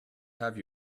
have